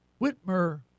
Whitmer